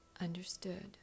understood